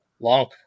Long